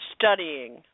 studying